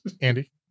Andy